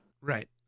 Right